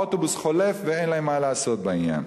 האוטובוס חולף, ואין להם מה לעשות בעניין.